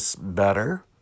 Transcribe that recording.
better